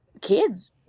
kids